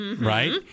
right